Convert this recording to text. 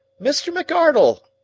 mr. mcardle!